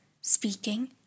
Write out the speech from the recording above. speaking